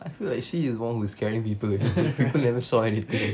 I feel like she is one who's scaring people people never saw anything